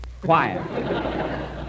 Quiet